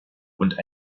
und